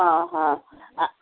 ହଁ ହଁ ଆ